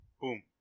boom